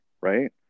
right